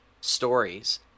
stories